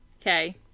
Okay